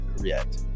react